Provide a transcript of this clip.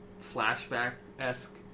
flashback-esque